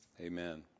Amen